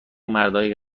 مردای